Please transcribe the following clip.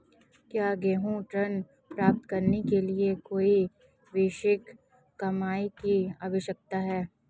क्या गृह ऋण प्राप्त करने के लिए कोई वार्षिक कमाई की आवश्यकता है?